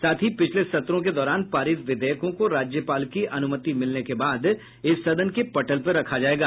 साथ ही पिछले सत्रों के दौरान पारित विधेयकों को राज्यपाल की अनुमति मिलने के बाद इसे सदन के पटल पर रखा जायेगा